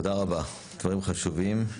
תודה רבה, דברים חשובים.